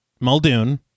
Muldoon